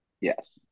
Yes